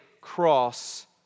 cross